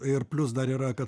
ir plius dar yra kad